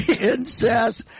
Incest